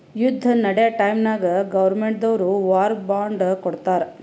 ಯುದ್ದ ನಡ್ಯಾ ಟೈಮ್ನಾಗ್ ಗೌರ್ಮೆಂಟ್ ದವ್ರು ವಾರ್ ಬಾಂಡ್ ಕೊಡ್ತಾರ್